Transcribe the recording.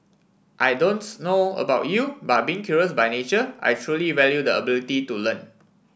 I don't know about you but being curious by nature I truly value the ability to learn